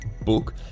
book